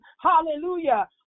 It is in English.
Hallelujah